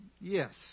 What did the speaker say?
Yes